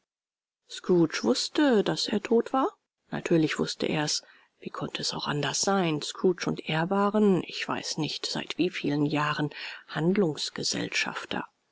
scrooge wußte daß er tot war natürlich wußte er's wie konnte es auch anders sein scrooge und er waren ich weiß nicht seit wie vielen jahren